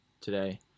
today—